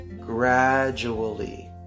gradually